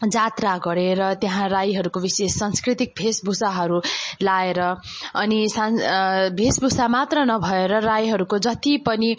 जात्रा गरेर त्यहाँ राईहरूको विशेष सांस्कृतिक भेषभूषाहरू लगाएर अनि सान भेषभूषा मात्र नभएर राईहरूको जति पनि